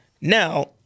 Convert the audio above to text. Now